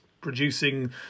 producing